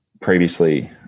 previously